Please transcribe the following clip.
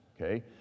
okay